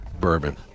Bourbon